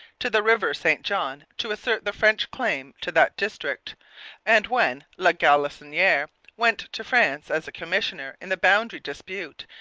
to the river st john, to assert the french claim to that district and when la galissoniere went to france as a commissioner in the boundary dispute,